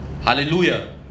hallelujah